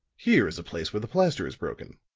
here is a place where the plaster is broken.